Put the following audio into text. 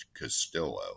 Castillo